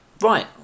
right